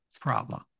problem